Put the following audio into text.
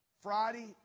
Friday